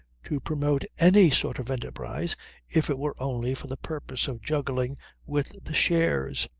to promote any sort of enterprise if it were only for the purpose of juggling with the shares.